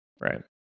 Right